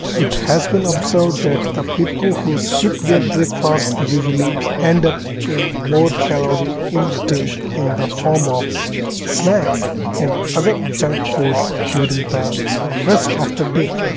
it has been observed that the people who skip their breakfast, usually end up in more calorie intake in the form of snacks and other junk food during the rest of the day.